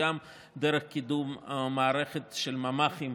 וגם דרך קידום המערכת של ממ"חים,